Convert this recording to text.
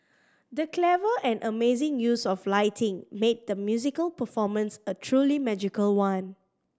the clever and amazing use of lighting made the musical performance a truly magical one